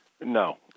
No